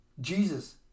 Jesus